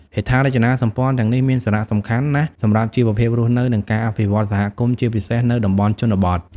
ហេដ្ឋារចនាសម្ព័ន្ធទាំងនេះមានសារៈសំខាន់ណាស់សម្រាប់ជីវភាពរស់នៅ និងការអភិវឌ្ឍសហគមន៍ ជាពិសេសនៅតំបន់ជនបទ។